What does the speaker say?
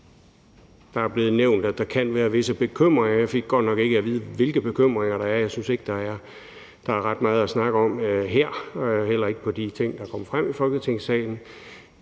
Det er blevet nævnt, at der kan være visse bekymringer. Jeg fik godt nok ikke at vide, hvilke bekymringer der er. Jeg synes ikke, der er ret meget at snakke om her, heller ikke efter de ting, der kom frem i Folketingssalen.